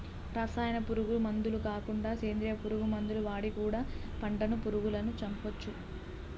రసాయనాల పురుగు మందులు కాకుండా సేంద్రియ పురుగు మందులు వాడి కూడా పంటను పురుగులను చంపొచ్చు